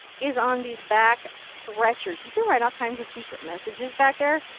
is on these back stretchers. you can write all kinds of secrets messages back there.